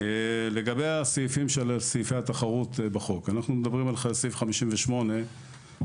לגבי סעיפי התחרות בחוק אנחנו מדברים על שני סעיפים 58 ו-53.